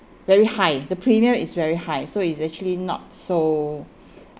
very high the premium is very high so it's actually not so